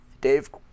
Dave